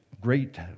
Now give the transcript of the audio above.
Great